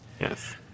Yes